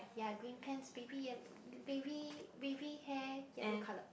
ya green pants baby yellow baby baby hair yellow colour